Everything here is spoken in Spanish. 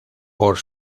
por